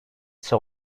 ise